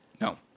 No